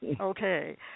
Okay